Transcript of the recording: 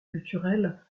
culturelle